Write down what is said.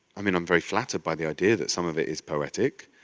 i mean i'm very flattered by the idea that some of it is poetic.